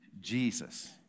Jesus